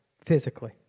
physically